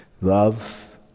Love